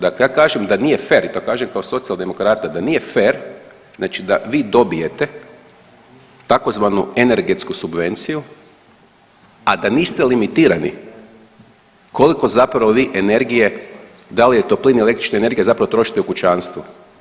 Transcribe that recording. Dakle ja kažem da nije fer i to kažem kao socijaldemokrata da nije fer, znači da vi dobijete tzv. energetsku subvenciju, a da niste limitirani koliko zapravo vi energije, da li je to plin ili električna energija zapravo trošite u kućanstvu.